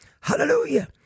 Hallelujah